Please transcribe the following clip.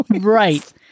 Right